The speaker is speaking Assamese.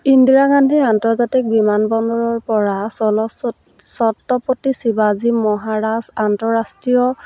ইন্দিৰা গান্ধী আন্তৰ্জাতিক বিমানবন্দৰৰ পৰা চল চ ছত্ৰপতি শিৱাজী মহাৰাজ আন্তঃৰাষ্ট্ৰীয়